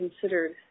considered